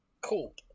Cool